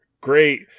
great